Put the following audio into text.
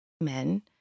men